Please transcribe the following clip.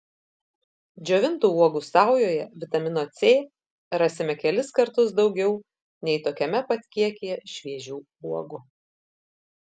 džiovintų uogų saujoje vitamino c rasime kelis kartus daugiau nei tokiame pat kiekyje šviežių uogų